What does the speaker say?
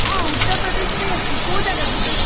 ହଁ ଉତ୍ତରପ୍ରଦେଶ ପାଇଁ ଅଛି କେଉଁ ଯାଗା ଯିବେ